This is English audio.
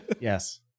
Yes